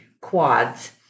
quads